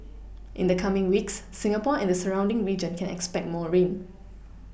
in the coming weeks Singapore and the surrounding region can expect more rain